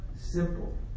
simple